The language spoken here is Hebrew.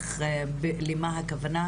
למה הכוונה?